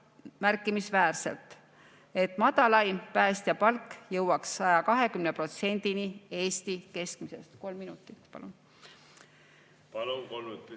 märkimisväärselt, et madalaim päästja palk jõuaks 120%‑ni Eesti keskmisest. Kolm minutit, palun! Palun, kolm minutit